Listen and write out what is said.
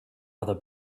other